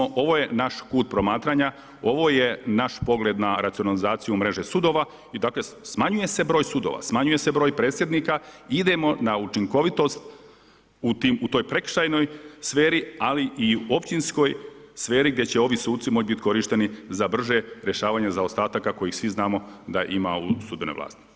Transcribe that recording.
Mi smo, ovo je naš kut promatranja, ovo je naš pogled na racionalizaciju mreže sudova i smanjuje se broj sudova, smanjuje se broj predsjednika, idemo na učinkovitost, u toj prekršajnoj sferi, ali i u općinskoj sferi, gdje će ovi suci moći biti korišteni za brže rješavanja zaostataka, koje svi znamo da ima u sudbenoj vlasti.